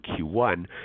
Q1